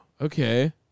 Okay